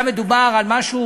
היה מדובר על משהו,